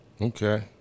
Okay